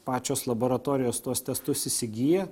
pačios laboratorijos tuos testus įsigyja